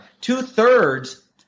Two-thirds